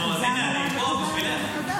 חזר עליו וחזר עליו וחזר עליו.